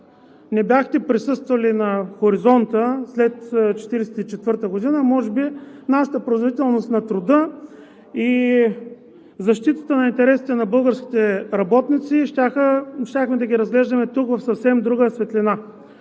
не бяхте присъствали на хоризонта след 1944 г., може би нашата производителност на труда и защитата на интересите на българските работници щяхме да ги разглеждаме тук в съвсем друга светлина.